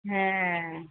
হ্যাঁ